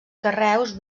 carreus